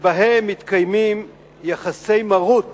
שבהן מתקיימים יחסי מרות